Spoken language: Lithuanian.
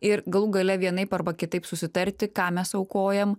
ir galų gale vienaip arba kitaip susitarti ką mes aukojam